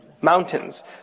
mountains